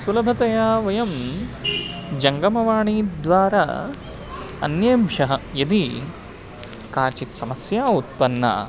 सुलभतया वयं जङ्गमवाणीद्वारा अन्येभ्यः यदि काचित् समस्या उत्पन्ना